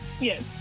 Yes